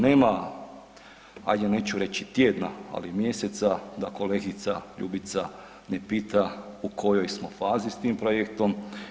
Nema, ajde neću reći tjedna, ali mjeseca da kolegica Ljubica ne pita u kojoj smo fazi s tim projektom.